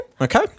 okay